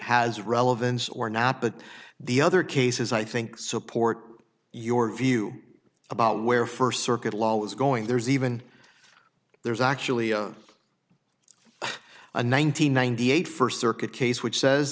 has relevance or not but the other cases i think support your view about where first circuit law was going there's even there's actually a nine hundred ninety eight first circuit case which says